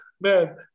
Man